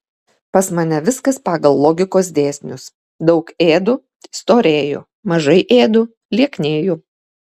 pas mane viskas pagal logikos dėsnius daug ėdu storėju mažai ėdu lieknėju